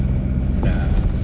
dah